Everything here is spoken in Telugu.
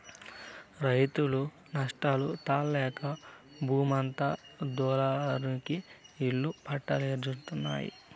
రైతులు నష్టాలు తాళలేక బూమంతా దళారులకి ఇళ్ళ పట్టాల్జేత్తన్నారు